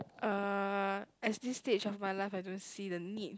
uh as this stage of my life I don't see the need